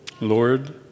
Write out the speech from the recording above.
Lord